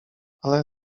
ale